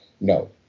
No